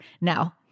now